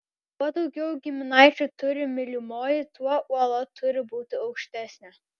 kuo daugiau giminaičių turi mylimoji tuo uola turi būti aukštesnė